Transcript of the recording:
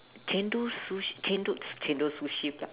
chendol sush~ chendol chendol sushi pluck